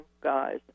guys